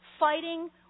fighting